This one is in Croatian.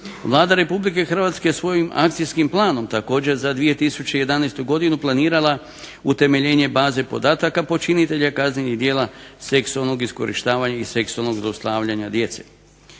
Vlada Republike Hrvatske svojim akcijskim planom također za 2011. planirala utemeljenje baze podataka počinitelja kaznenih djela seksualnog iskorištavanja i seksualnog zlostavljanja djece.